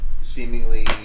seemingly